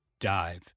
Dive